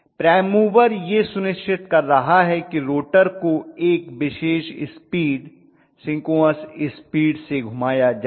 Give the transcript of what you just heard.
prime mover यह सुनिश्चित कर रहा है कि रोटर को एक विशेष स्पीड सिंक्रोनस स्पीड से घुमाया जाए